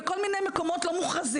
בכל מיני מקומות לא מוכרזים.